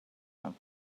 him